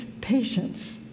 patience